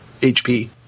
HP